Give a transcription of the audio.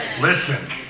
Listen